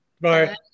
Bye